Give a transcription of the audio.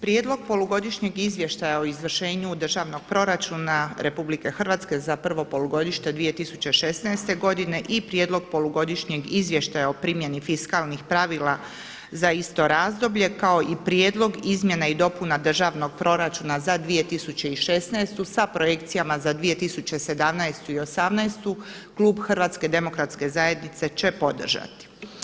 Prijedlog polugodišnjeg izvještaja o izvršenju državnog proračuna RH za prvo polugodište 2016. godine i prijedlog polugodišnjeg izvještaja o primjeni fiskalnih pravila za isto razdoblje kao i prijedlog izmjena i dopuna državnog proračuna za 2016. sa projekcijama za 2017. i 2018. klub HDZ-a će podržati.